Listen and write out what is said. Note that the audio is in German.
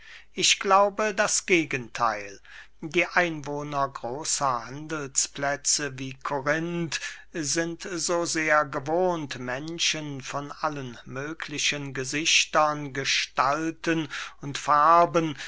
ich glaube das gegentheil die einwohner großer handelsplätze wie korinth sind so sehr gewohnt menschen von allen möglichen gesichtern gestalten und farben